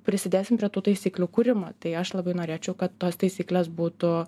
prisidėsim prie tų taisyklių kūrimo tai aš labai norėčiau kad tos taisykles būtų